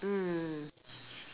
mm